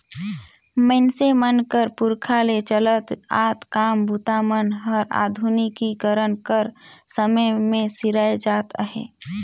मइनसे मन कर पुरखा ले चलत आत काम बूता मन हर आधुनिकीकरन कर समे मे सिराए जात अहे